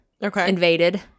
invaded